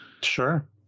Sure